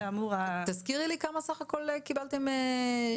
תזכירי לי כמה פניות קיבלתם בסך הכול,